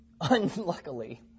Unluckily